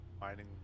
mining